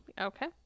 okay